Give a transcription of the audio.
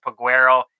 Paguero